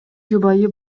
жубайы